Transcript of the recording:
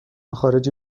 خارجی